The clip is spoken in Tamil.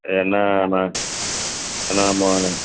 ஏன்னா நம்ம ஏன்னா நம்ம